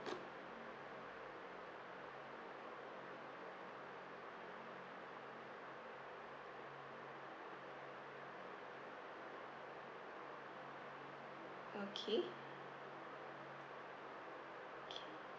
okay okay